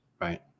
right